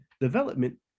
development